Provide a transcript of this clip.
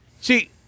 See